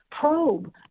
probe